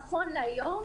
נכון להיום,